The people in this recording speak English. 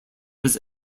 his